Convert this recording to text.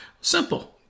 Simple